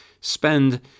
spend